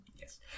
yes